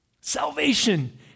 salvation